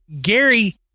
Gary